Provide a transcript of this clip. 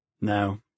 No